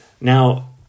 Now